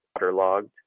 waterlogged